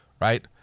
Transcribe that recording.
right